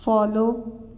follow